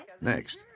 Next